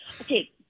okay